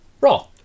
Raw